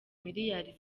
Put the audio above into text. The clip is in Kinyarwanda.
miliyari